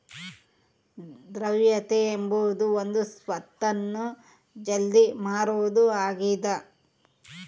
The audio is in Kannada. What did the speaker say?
ದ್ರವ್ಯತೆ ಎಂಬುದು ಒಂದು ಸ್ವತ್ತನ್ನು ಜಲ್ದಿ ಮಾರುವುದು ಆಗಿದ